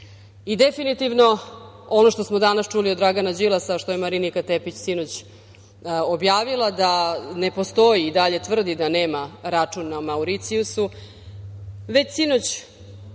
istina. Definitivno, ono što smo danas čuli od Dragana Đilasa, a što je Marinika Tepić sinoć objavila, da ne postoji, i dalje tvrdi da nema račun na Mauricijusu, već sinoć